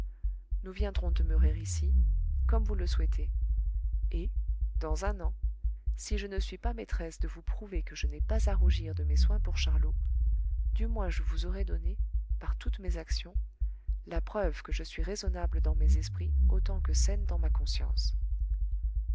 nous viendrons demeurer ici comme vous le souhaitez et dans un an si je ne suis pas maîtresse de vous prouver que je n'ai pas à rougir de mes soins pour charlot du moins je vous aurai donné par toutes mes actions la preuve que je suis raisonnable dans mes esprits autant que saine dans ma conscience